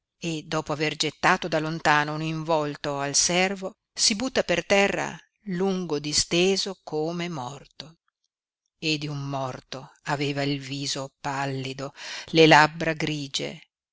e dopo aver gettato da lontano un involto al servo si butta per terra lungo disteso come morto e di un morto aveva il viso pallido le labbra grigie